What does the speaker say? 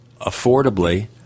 affordably